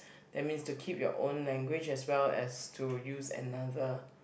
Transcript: that means to keep your own language as well as to use another